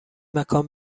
مکان